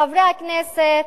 חברי הכנסת,